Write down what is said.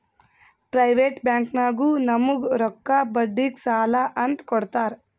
private ಬ್ಯಾಂಕ್ನಾಗು ನಮುಗ್ ರೊಕ್ಕಾ ಬಡ್ಡಿಗ್ ಸಾಲಾ ಅಂತ್ ಕೊಡ್ತಾರ್